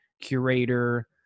curator